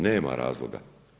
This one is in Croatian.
Nema razloga.